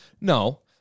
No